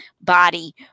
body